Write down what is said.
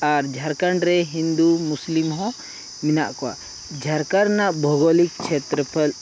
ᱟᱨ ᱡᱷᱟᱲᱠᱷᱚᱸᱰ ᱨᱮ ᱦᱤᱱᱫᱩ ᱢᱩᱥᱞᱤᱢ ᱦᱚᱸ ᱢᱮᱱᱟᱜ ᱠᱚᱣᱟ ᱡᱷᱟᱨᱠᱷᱟᱱ ᱨᱮᱱᱟᱜ ᱵᱷᱳᱣᱜᱚᱞᱤᱠ ᱪᱷᱮᱛᱨᱚᱯᱷᱚᱞ